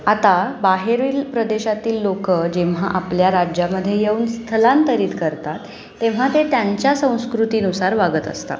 आता बाहेरील प्रदेशातील लोक जेव्हा आपल्या राज्यामध्ये येऊन स्थलांतरित करतात तेव्हा ते त्यांच्या संस्कृतीनुसार वागत असतात